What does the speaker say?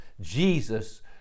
Jesus